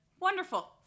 Wonderful